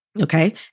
Okay